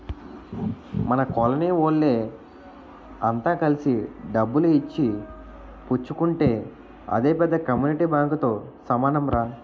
మన కోలనీ వోళ్ళె అంత కలిసి డబ్బులు ఇచ్చి పుచ్చుకుంటే అదే పెద్ద కమ్యూనిటీ బాంకుతో సమానంరా